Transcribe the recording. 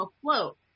afloat